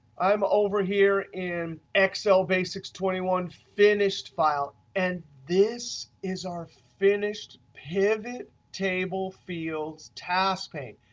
i'm over here in excel basics twenty one finished file. and this is our finished pivot table fields task pane.